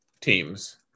teams